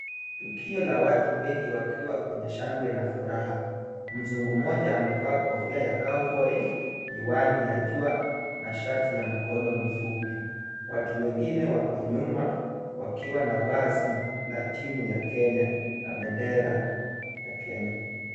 Tukio la watu wengi wakiwa kwenye shangwe na furaha. Mzungu mmoja amevaa kofia ya cowboy , miwani ya jua na shati ya mkono mifupi. Watu wengine wako nyuma wakiwa na vazi la timu ya Kenya na bendera ya Kenya.